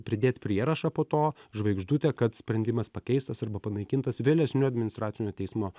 pridėt prierašą po to žvaigždutę kad sprendimas pakeistas arba panaikintas vėlesniu administracinio teismo